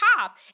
top